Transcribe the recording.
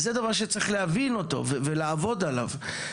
זה דבר שצריך להבין אותו ולעבוד עליו.